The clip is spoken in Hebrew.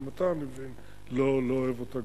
גם אתה, אני מבין, לא אוהב אותה.